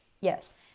Yes